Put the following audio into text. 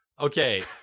Okay